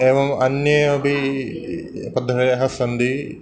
एवम् अन्ये अपि पद्धतयः सन्ति